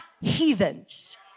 heathens